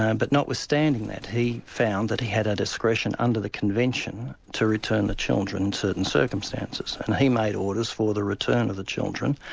um but notwithstanding that he found that he had a discretion under the convention to return the children in certain circumstances, and he made orders for the return of the children,